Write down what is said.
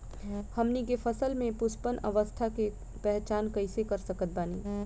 हमनी के फसल में पुष्पन अवस्था के पहचान कइसे कर सकत बानी?